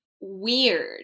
weird